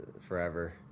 forever